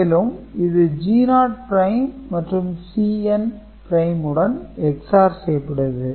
மேலும் இது G0 மற்றும் Cn உடன் XOR செய்யப்படுகிறது